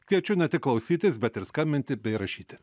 kviečiu ne tik klausytis bet ir skambinti bei rašyti